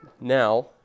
now